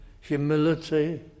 humility